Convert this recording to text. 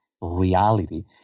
reality